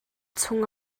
chung